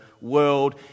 world